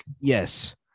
yes